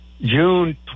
June